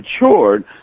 matured